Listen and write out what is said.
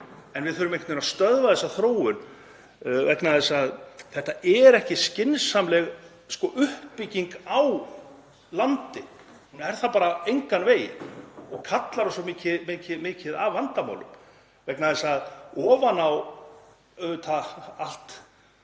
en við þurfum einhvern veginn að stöðva þessa þróun vegna þess að þetta er ekki skynsamleg uppbygging á landi. Hún er það bara engan veginn og kallar á svo mikið af